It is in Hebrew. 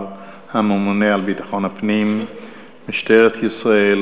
הממונה על ביטחון הפנים משטרת ישראל